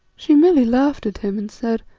she merely laughed at him and said